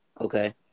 okay